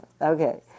Okay